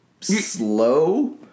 slow